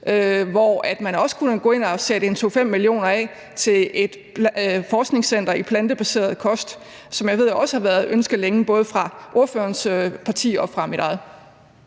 hvor man også kunne gå ind og sætte 2-5 mio. kr. af til et forskningscenter i plantebaseret kost, som jeg også ved har været ønsket længe, både fra ordførerens parti og fra mit eget.